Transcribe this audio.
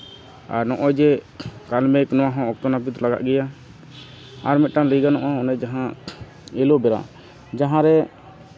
ᱟᱨ ᱱᱚᱜᱼᱚᱭ ᱡᱮ ᱠᱟᱞᱢᱮᱜᱽ ᱱᱚᱣᱟᱦᱚᱸ ᱚᱠᱛᱚ ᱱᱟᱹᱯᱤᱛ ᱞᱟᱜᱟᱜ ᱜᱮᱭᱟ ᱟᱨ ᱢᱤᱫᱴᱟᱱ ᱞᱟᱹᱭ ᱜᱟᱱᱚᱜᱼᱟ ᱚᱱᱮ ᱡᱟᱦᱟᱸ ᱮᱞᱚᱵᱮᱨᱟ ᱡᱟᱦᱟᱸᱨᱮ